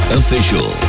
official